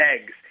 eggs